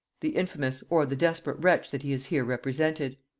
the infamous, or the desperate wretch that he is here represented.